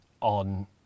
on